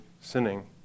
sinning